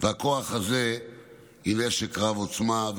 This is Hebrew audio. והכוח הזה הוא נשק רב-עוצמה.